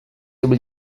able